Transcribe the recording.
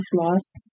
Lost